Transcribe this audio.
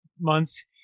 months